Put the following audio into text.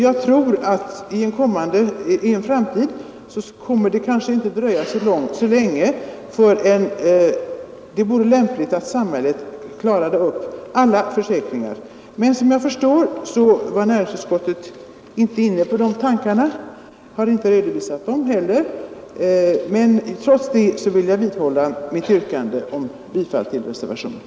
Jag tror att man i en inte alltför avlägsen framtid kommer att anse det vara lämpligt att samhället tar hand om alla försäkringar. Såvitt jag förstår har näringsutskottet inte varit inne på dessa tankar — det redovisas inte i betänkandet. Men trots det vidhåller jag yrkandet om bifall till reservationen.